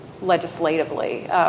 legislatively